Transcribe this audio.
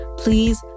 Please